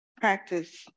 practice